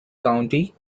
county